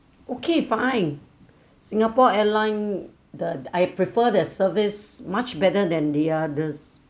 okay fine singapore airline the I prefer the service much better than the others